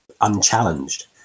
unchallenged